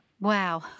Wow